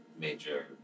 major